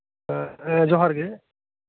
ᱦᱮᱸ ᱡᱚᱦᱟᱨ ᱜᱮ